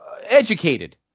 educated